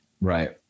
Right